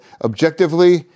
objectively